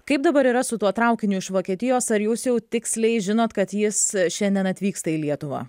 kaip dabar yra su tuo traukiniu iš vokietijos ar jūs jau tiksliai žinot kad jis šiandien atvyksta į lietuvą